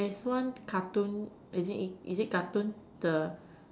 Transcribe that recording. there's one cartoon is it is it cartoon the